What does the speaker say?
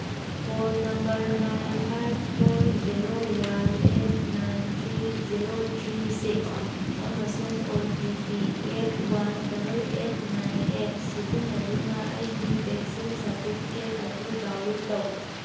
phone number nine five four zero one eight nine three zero three six ꯑꯃꯁꯨꯡ O T P eight one double eight nine eight ꯁꯤꯖꯤꯟꯅꯗꯨꯅ ꯑꯩꯒꯤ vaccine certificate ꯑꯗꯨ download ꯇꯧ